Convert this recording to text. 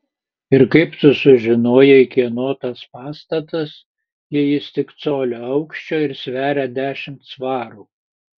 ir kaip tu sužinojai kieno tas pastatas jei jis tik colio aukščio ir sveria dešimt svarų